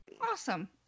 Awesome